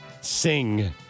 sing